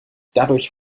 dadurch